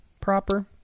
proper